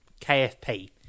KFP